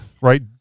right